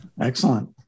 Excellent